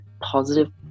positive